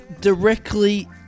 directly